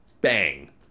Bang